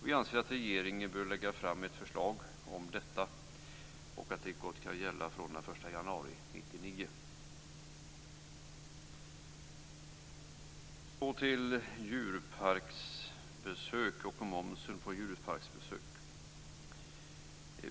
Vi anser att regeringen bör lägga fram ett förslag om detta och att det gott kan gälla från den 1 januari 1999. Så går jag över till momsen på djurparksbesök.